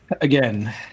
Again